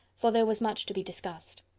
for there was much to be discussed.